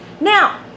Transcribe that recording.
Now